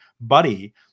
buddy